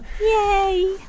Yay